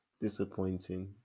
disappointing